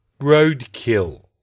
roadkill